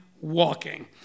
walking